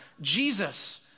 Jesus